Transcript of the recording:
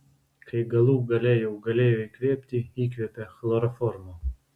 kai galų gale jau galėjo įkvėpti įkvėpė chloroformo